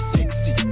Sexy